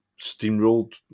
steamrolled